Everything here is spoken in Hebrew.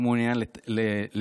לא מעוניין לתקן,